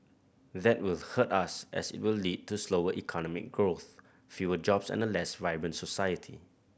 that will hurt us as it will lead to slower economic growth fewer jobs and a less vibrant society